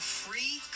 free